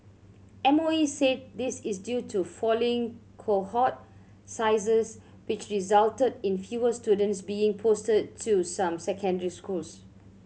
M O E said this is due to falling cohort sizes which resulted in fewer students being posted to some secondary schools